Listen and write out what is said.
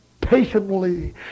patiently